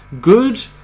good